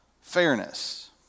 fairness